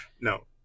No